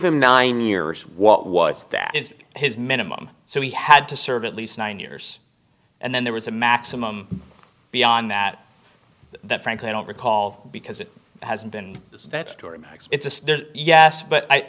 him nine years what was that is his minimum so he had to serve at least nine years and then there was a maximum beyond that that frankly i don't recall because it has been that it's a yes but